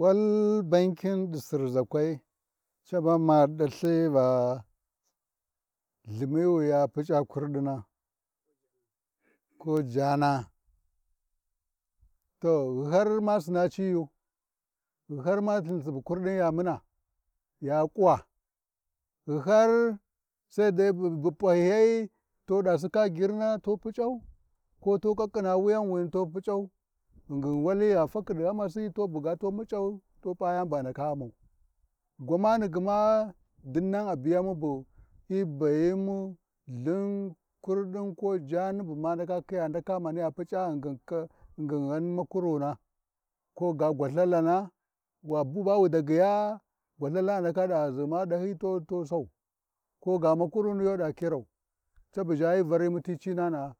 Wal bankin ɗi Sirʒakwai’i caba mu ɗalthiva Lthini wi ya puc’a kurɗina ko jana to har ma Sinaa ciyu, ghi har ma Lthin Subu kurdin ya muna, ya ƙuwa? ghi-har saidai bu p’ahyiyai tuɗa sikka gyirna tu puc’au, kotu ƙaƙƙhina wuyan wini tu Puc’au, kotu ƙaƙƙhina wuyan winitu Puc’au, ghingin wali gha falkhid’i ghamasi tu bugu tu muc’au, tu p’a yananda U’mmau gwamani gma dinnan ai biyamu hi bayimu lthin kurɗin ko jani bu ma ndaka lehiya ndaka maniya puc'a ghingin kar ghingin ghan makuruna, koga gwathawina, wabu wu daghiyo gwaLthalan a ndaka ɗa ghima ɗahyi tu sau. Koga Makuruni yuɗa kirau. Cabu ʒha hyi varimu ti cinada’a,